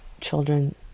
children